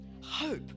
Hope